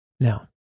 Now